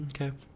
Okay